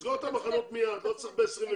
ונסגור את המחנות מייד, לא צריך ב-2023.